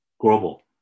global